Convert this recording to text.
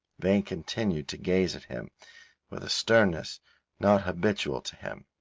vane continued to gaze at him with a sternness not habitual to him.